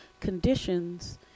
conditions